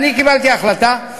אני קיבלתי החלטה.